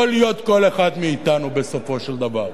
יכול להיות כל אחד מאתנו בסופו של דבר.